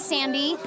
Sandy